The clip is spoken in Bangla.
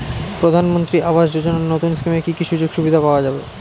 প্রধানমন্ত্রী আবাস যোজনা নতুন স্কিমে কি কি সুযোগ সুবিধা পাওয়া যাবে?